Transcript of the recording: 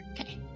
Okay